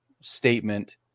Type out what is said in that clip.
statement